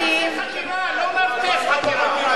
ותרשי לי להסביר לך ואולי אחרי שאני אסביר תביני.